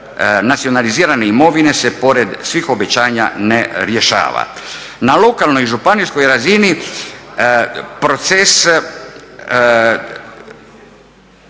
nacionalizirane imovine se pored svih obećanja ne rješava. Na lokalnoj i županijskoj razini proces,